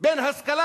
בין השכלה,